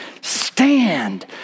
stand